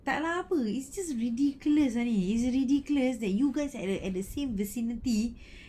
tak lah apa it's just ridiculous really it's ridiculous that you guys are at the at the same vicinity